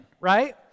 right